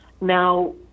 Now